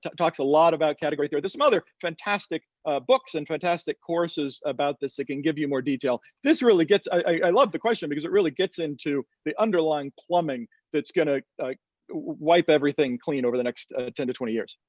talks a lot about category theory. there's some other fantastic ah books and fantastic courses about this that can give you more detail. this really gets, i love the question, because it really gets into the underlying plumbing that's gonna wipe everything clean over the next ten to twenty years.